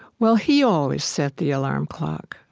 well, he always set the alarm clock.